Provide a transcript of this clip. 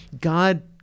God